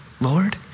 Lord